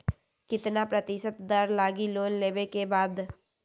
कितना प्रतिशत दर लगी लोन लेबे के बाद?